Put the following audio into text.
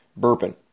Burpin